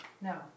No